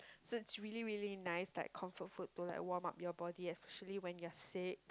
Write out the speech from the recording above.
so it's really really nice like comfort food to like warm up your body actually when you're sick